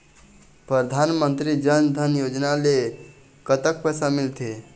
परधानमंतरी जन धन योजना ले कतक पैसा मिल थे?